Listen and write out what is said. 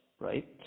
Right